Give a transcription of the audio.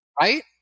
right